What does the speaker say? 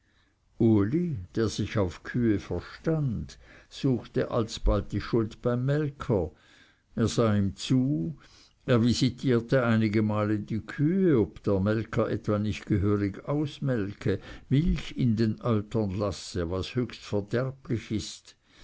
uli der sich auf kühe verstund suchte alsbald die schuld beim melker er sah ihm zu er visitierte einige male die kühe ob der melker etwa nicht gehörig ausmelke milch in den eutern lasse was höchst verderblich ist